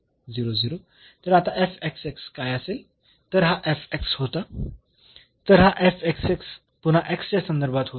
तर तर आता काय असेल तर हा होता तर हा पुन्हा च्या संदर्भात होईल